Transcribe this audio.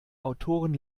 autoren